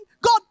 God